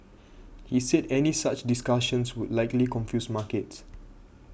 he said any such discussions would likely confuse markets